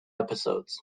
episodes